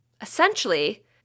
Essentially